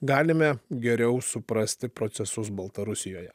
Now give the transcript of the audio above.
galime geriau suprasti procesus baltarusijoje